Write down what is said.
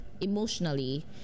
emotionally